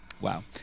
Wow